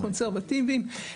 הקונסרבטיבים,